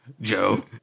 Joe